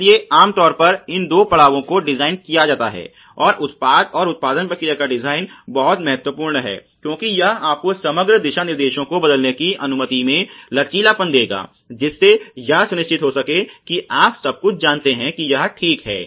इसलिए आम तौर पर इन दो पड़ावों को डिज़ाइन किया जाता है और उत्पाद और उत्पादन प्रक्रिया का डिज़ाइन बहुत महत्वपूर्ण है क्योंकि यह आपको समग्र दिशानिर्देशों को बदलने की अनुमति में लचीलापन देगा जिससे यह सुनिश्चित हो सके कि आप सब कुछ जानते हैं कि यह ठीक है